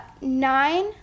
Nine